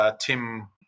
Tim